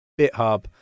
bithub